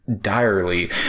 direly